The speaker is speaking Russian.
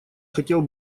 хотел